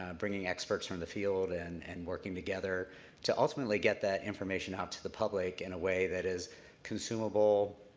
ah bringing experts from the field, and and working together to ultimately get that information out to the public in a way that is consumable,